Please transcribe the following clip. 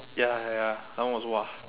ya ya ya that one was !wah!